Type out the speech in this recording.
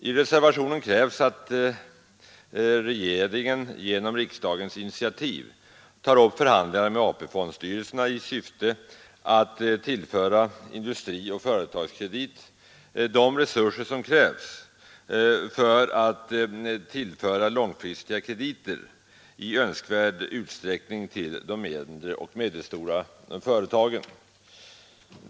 I reservationen krävs att regeringen genom riksdagens initiativ tar upp förhandlingar med AP-fondstyrelserna i syfte att tillföra Industrikredit och Företagskredit de resurser som krävs för att ge långfristiga krediter i önskvärd utsträckning till mindre och medelstora företag.